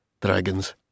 Dragons